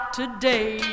today